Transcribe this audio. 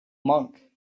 monk